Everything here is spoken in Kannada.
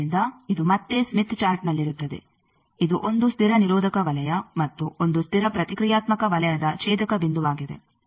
ಆದ್ದರಿಂದ ಇದು ಮತ್ತೆ ಸ್ಮಿತ್ ಚಾರ್ಟ್ನಲ್ಲಿರುತ್ತದೆ ಇದು 1 ಸ್ಥಿರ ನಿರೋಧಕ ವಲಯ ಮತ್ತು 1 ಸ್ಥಿರ ಪ್ರತಿಕ್ರಿಯಾತ್ಮಕ ವಲಯದ ಛೇದಕ ಬಿಂದುವಾಗಿದೆ